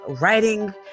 writing